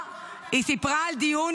היא סיפרה על דיון